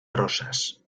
rosas